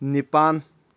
ꯅꯤꯄꯥꯟ